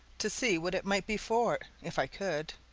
to see what it might be for, if i could.